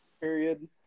period